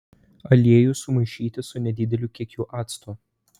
aliejų sumaišyti su nedideliu kiekiu acto